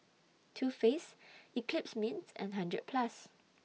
Too Faced Eclipse Mints and hundred Plus